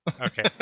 okay